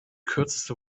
kürzeste